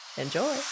Enjoy